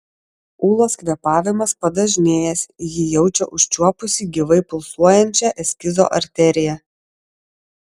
ūlos kvėpavimas padažnėjęs ji jaučia užčiuopusi gyvai pulsuojančią eskizo arteriją